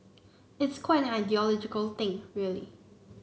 it's quite an ideological thing really